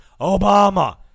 Obama